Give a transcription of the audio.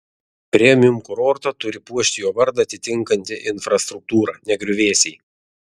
premium kurortą turi puošti jo vardą atitinkanti infrastruktūra ne griuvėsiai